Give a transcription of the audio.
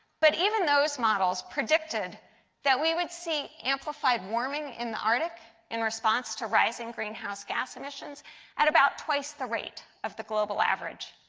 but even those models predicted that we would see amplified warming in the arctic in response to rising greenhouse gas emissions at about twice the rate of global average.